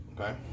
okay